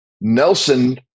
Nelson